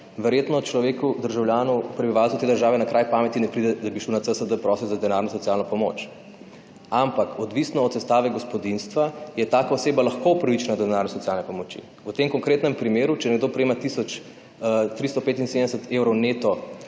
verjetno človeku, državljanu, prebivalcu te države na kraj pameti ne pride, da bi šel na CSD prosit za denarno socialno pomoč. Ampak, odvisno od sestave gospodinjstva, je taka oseba lahko upravičena do denarne socialne pomoči. V tem konkretnem primeru, če nekdo prejema tisoč 375 evrov neto